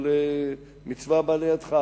אבל מצווה הבאה לידך,